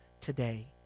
today